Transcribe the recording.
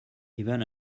even